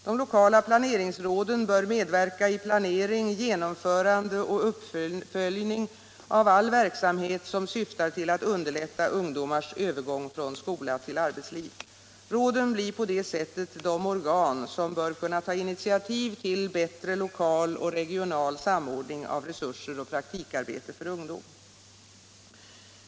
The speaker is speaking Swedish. De lokala planeringsråden bör medverka i planering, genomförande och uppföljning av all verksamhet som syftar till att underlätta ungdomars övergång från skola till arbetsliv. Råden blir på det sättet de organ som bör kunna ta initiativ till bättre lokal och regional samordning av resurser och praktikarbete för ungdom.